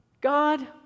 God